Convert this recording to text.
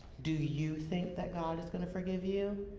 do you think that god is going to forgive you?